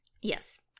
Yes